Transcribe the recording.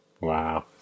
Wow